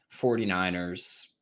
49ers